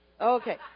okay